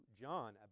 John